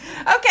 Okay